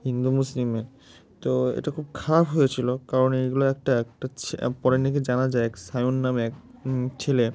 হিন্দু মুসলিমের তো এটা খুব খারাপ হয়েছিলো কারণ এইগুলো একটা একটা পরে নাকি জানা যায় সায়ন নামে এক ছেলে